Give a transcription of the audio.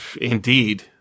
Indeed